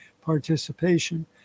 participation